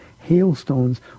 hailstones